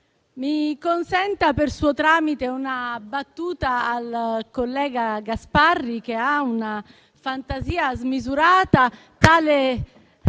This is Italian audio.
mi consenta, per suo tramite, una battuta rivolta al collega Gasparri, che ha una fantasia smisurata, tale